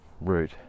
route